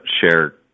share